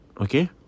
Okay